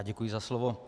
Děkuji za slovo.